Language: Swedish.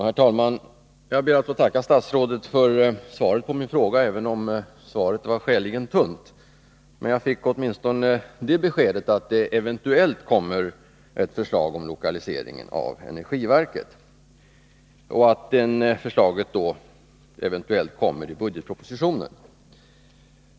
Herr talman! Jag ber att få tacka statsrådet för svaret på min fråga, även om svaret var skäligen tunt. Men jag fick åtminstone det beskedet att det eventuellt kommer ett förslag om lokaliseringen av energiverket och att det förslaget eventuellt kommer i budgetpropositionen.